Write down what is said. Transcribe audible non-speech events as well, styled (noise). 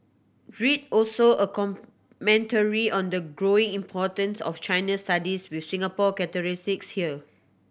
read also a commentary on the growing importance of China studies with Singapore (unintelligible) here